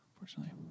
unfortunately